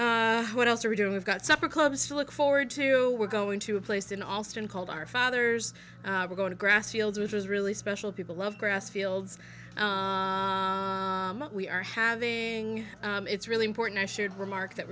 natch what else are we doing we've got supper clubs to look forward to we're going to a place in alston called our fathers we're going to grass fields which is really special people love grass fields but we are having it's really important i should remark that